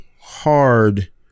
hard